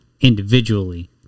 individually